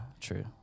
true